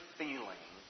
feeling